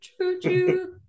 Choo-choo